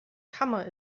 kammer